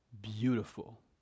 beautiful